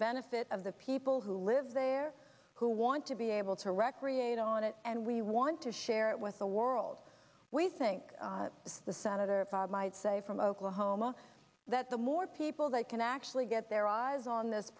benefit of the people who live there who want to be able to recreate on it and we want to share it with the world we think that the senator bob might say from oklahoma that the more people they can actually get their eyes on this